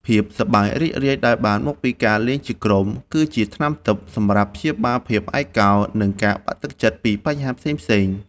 ភាពសប្បាយរីករាយដែលបានមកពីការលេងជាក្រុម គឺជាថ្នាំទិព្វសម្រាប់ព្យាបាលភាពឯកោ និងការបាក់ទឹកចិត្តពីបញ្ហាផ្សេងៗ។